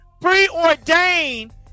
preordained